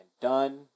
done